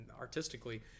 artistically